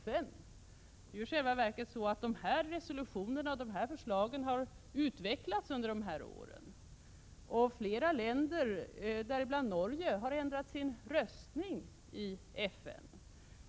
Det är i själva verket så att dessa förslag har utvecklats under de här sex åren och flera länder, däribland Norge, har ändrat sin röstning i FN.